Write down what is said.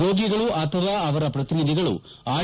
ರೋಗಿಗಳು ಅಥವಾ ಅವರ ಪ್ರತಿನಿಧಿಗಳು ಆರ್